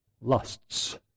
lusts